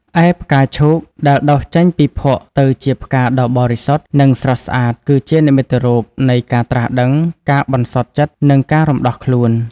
ឯ ផ្កាឈូក ដែលដុះចេញពីភក់ទៅជាផ្កាដ៏បរិសុទ្ធ និងស្រស់ស្អាត គឺជានិមិត្តរូបនៃ ការត្រាស់ដឹង ការបន្សុទ្ធចិត្ត និងការរំដោះខ្លួន។